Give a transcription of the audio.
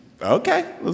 Okay